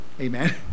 Amen